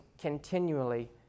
continually